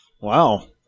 Wow